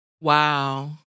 Wow